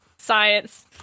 Science